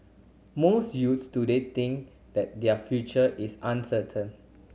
most youths today think that their future is uncertain